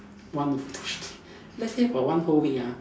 one photoshoot let's say for one whole week ah